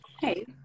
Hey